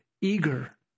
eager